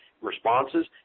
responses